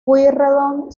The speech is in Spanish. pueyrredón